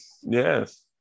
Yes